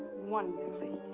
wonderfully.